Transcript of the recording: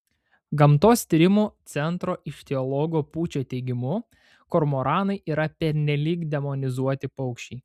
gamtos tyrimų centro ichtiologo pūčio teigimu kormoranai yra pernelyg demonizuoti paukščiai